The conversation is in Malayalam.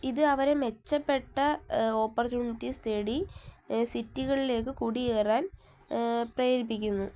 ഇത് അവരെ മെച്ചപ്പെട്ട ഓപ്പർച്യൂണിറ്റീസ് തേടി സിറ്റികളിലേക്ക് കുടിയേറാൻ പ്രേരിപ്പിക്കുന്നു